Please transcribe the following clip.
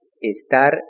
estar